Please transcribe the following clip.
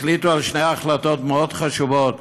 החליטו שתי החלטות מאוד חשובות: